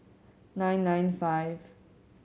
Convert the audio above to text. nine nine five